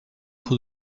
trop